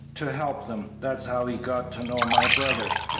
to help them that's how he got to know my brother.